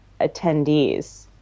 attendees